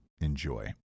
enjoy